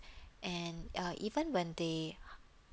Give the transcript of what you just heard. and uh even when they